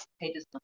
pages